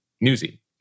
newsy